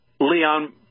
Leon